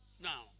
Now